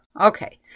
Okay